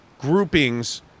groupings